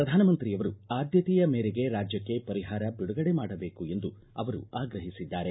ಪ್ರಧಾನಮಂತ್ರಿಯವರು ಆದ್ವತೆಯ ಮೇರೆಗೆ ರಾಜ್ಯಕ್ಕೆ ಪರಿಹಾರ ಬಿಡುಗಡೆ ಮಾಡಬೇಕು ಎಂದು ಅವರು ಆಗ್ರಹಿಸಿದ್ದಾರೆ